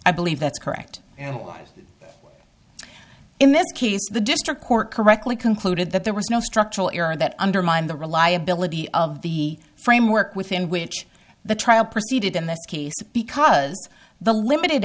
i believe that's correct you know in this case the district court correctly concluded that there was no structural error that undermined the reliability of the framework within which the trial proceeded in this case because the limited